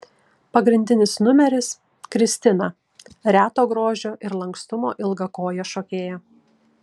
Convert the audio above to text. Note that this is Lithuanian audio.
pagrindinis numeris kristina reto grožio ir lankstumo ilgakojė šokėja